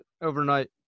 overnight